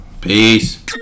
Peace